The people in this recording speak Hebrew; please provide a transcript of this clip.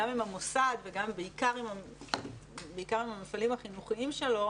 עם המוסד ובעיקר עם המפעלים החינוכיים שלו